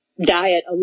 diet